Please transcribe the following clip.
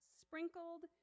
sprinkled